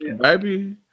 Baby